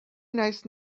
nice